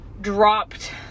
dropped